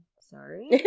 sorry